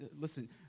listen